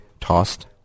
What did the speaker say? tossed